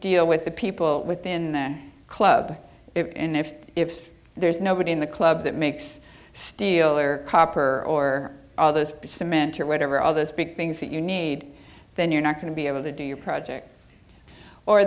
deal with the people within the club and if if there's nobody in the club that makes steel or copper or all those cement or whatever all those big things that you need then you're not going to be able to do your project or